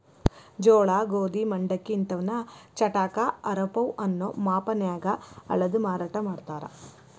ಜೋಳ, ಗೋಧಿ, ಮಂಡಕ್ಕಿ ಇಂತವನ್ನ ಚಟಾಕ, ಆರಪೌ ಅನ್ನೋ ಮಾಪನ್ಯಾಗ ಅಳದು ಮಾರಾಟ ಮಾಡ್ತಾರ